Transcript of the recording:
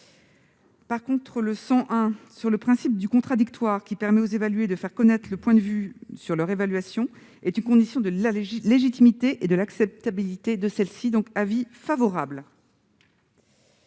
l'amendement n° 101, le principe du contradictoire, qui permet aux évalués de faire connaître leur point de vue sur leur évaluation, est une condition de la légitimité et de l'acceptabilité de celle-ci ; l'avis de